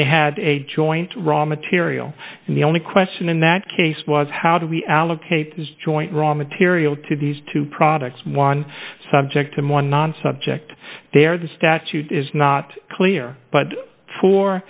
they had a joint raw material and the only question in that case was how do we allocate joint raw material to these two products one subject and one non subject there the statute is not clear but for